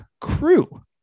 crew